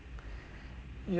yup